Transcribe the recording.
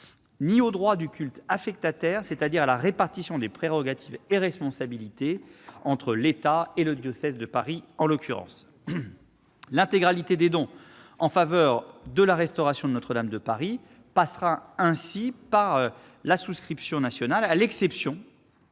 ni aux droits du culte affectataire, c'est-à-dire à la répartition des prérogatives et responsabilités entre l'État et le diocèse de Paris. L'intégralité des dons en faveur de la restauration de Notre-Dame de Paris passera ainsi par la souscription nationale, à l'exception